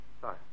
Sorry